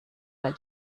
weil